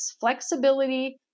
Flexibility